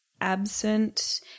absent